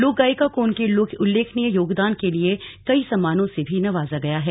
लोक गायिका को उनके उल्लेखनीय योगदान के लिए कई सम्मानों से भी नवाजा गया है